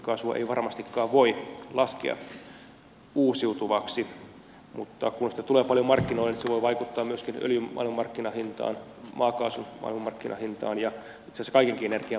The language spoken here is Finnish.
liuskekaasua ei varmastikaan voi laskea uusiutuvaksi mutta kun sitä tulee paljon markkinoille se voi vaikuttaa myöskin öljyn maailmanmarkkinahintaan maakaasun maailman markkinahintaan ja itse asiassa kaiken energian maailmanmarkkinahintaan